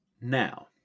Now